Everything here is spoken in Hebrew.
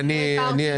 לא הכרתי את זה.